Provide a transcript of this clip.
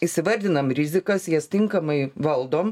įsivardinam rizikas jas tinkamai valdom